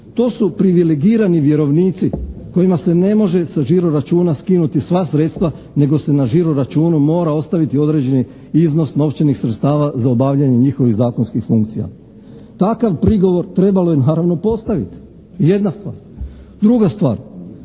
To su privilegirani vjerovnici kojima se ne može sa žiro računa skinuti sva sredstva nego se na žiro računu mora ostaviti određeni iznos novčanih sredstava za obavljanje njihovih zakonskih funkcija. Takav prigovor trebalo je naravno postaviti, jedna stvar. Druga stvar,